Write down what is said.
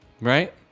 Right